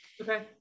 Okay